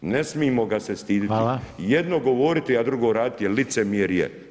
Ne smijemo ga se stidjeti, jedno govoriti a drugo raditi je licemjerje.